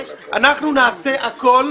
אנחנו נעשה הכול,